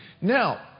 Now